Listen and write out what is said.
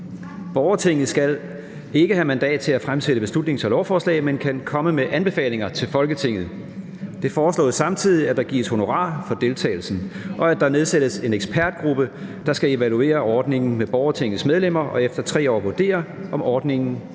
Borgertinget skal ikke have mandat til at fremsætte beslutnings- og lovforslag, men kan komme med anbefalinger til Folketinget. Det foreslås samtidig, at der gives honorar for deltagelsen, og at der nedsættes en ekspertgruppe, der skal evaluere ordningen med borgertingets medlemmer og efter 3 år vurdere, om ordningen